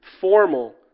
formal